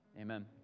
Amen